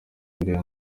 bibiliya